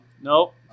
Nope